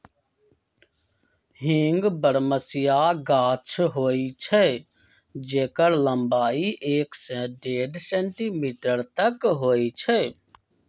हींग बरहमसिया गाछ होइ छइ जेकर लम्बाई एक से डेढ़ सेंटीमीटर तक होइ छइ